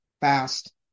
fast